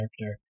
character